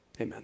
amen